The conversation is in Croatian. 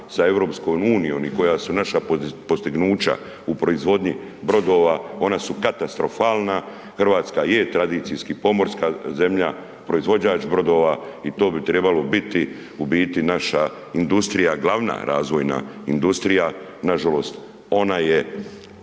sa EU-om i koja su naša postignuća u proizvodnji brodova, ona su katastrofalna, Hrvatska je tradicijski pomorska zemlja, proizvođač brodova i to bi trebalo biti u biti naša industrija, glavna razvojna industrija, nažalost ona je